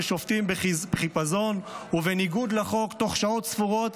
שופטים בחיפזון ובניגוד לחוק תוך שעות ספורות,